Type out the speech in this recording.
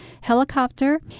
helicopter